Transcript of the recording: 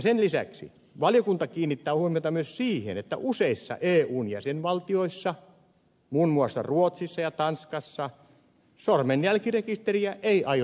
sen lisäksi valiokunta kiinnittää huomiota myös siihen että useissa eun jäsenvaltioissa muun muassa ruotsissa ja tanskassa sormenjälkirekisteriä ei aiota perustaa